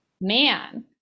man